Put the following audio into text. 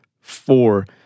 four